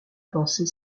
pensée